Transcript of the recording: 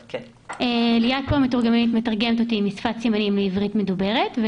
ליאת המתורגמנית מתרגמת לי משפת הסימנים לעברית מדוברת.